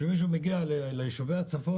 גם אין לנו סיב אופטי.